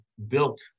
built